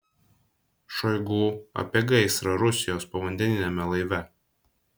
šoigu apie gaisrą rusijos povandeniniame laive